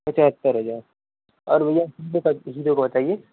अच्छा अच्छा भैया और भैया मुझे बताइये